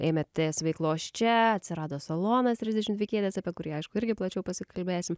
ėmėtės veiklos čia atsirado salonas trisdešimt dvi kėdės apie kurį aišku irgi plačiau pasikalbėsim